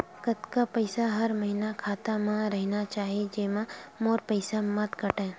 कतका पईसा हर महीना खाता मा रहिना चाही जेमा मोर पईसा मत काटे?